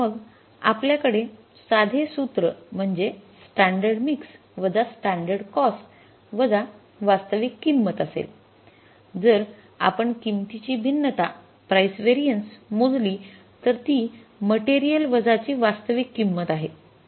मग आपल्याकडे साधे सूत्र म्हणजे स्टँडर्ड मिक्स् वजा स्टँडर्ड कॉस्ट वजा वास्तविक किंमत असेल जर आपण किंमतीची भिन्नता मोजली तर ती मटेरियल वजाची वास्तविक किंमत आहे